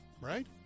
right